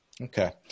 Okay